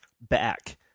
back